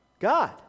God